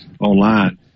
online